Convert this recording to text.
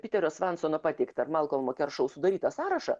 piterio svansono pateiktą malkolmo keršou sudarytą sąrašą